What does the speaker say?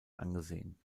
angesehen